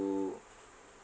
~o